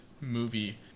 movie